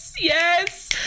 Yes